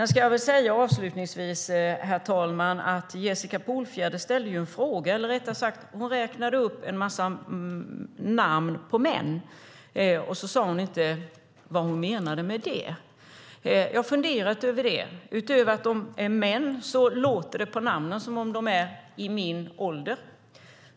Avslutningsvis ska jag säga, herr talman, att Jessica Polfjärd räknade upp en massa namn på män men inte sade vad hon menade med det. Jag har funderat över det. Utöver att de är män låter det på namnen som om de är i min ålder.